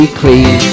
clean